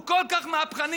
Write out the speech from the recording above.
הוא כל כך מהפכני,